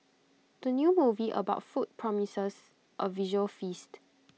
the new movie about food promises A visual feast